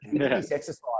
exercise